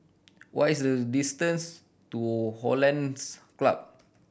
what is the distance to Hollandse Club